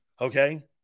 Okay